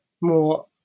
more